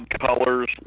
colors